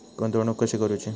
गुंतवणूक कशी करूची?